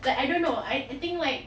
like I don't know I I think like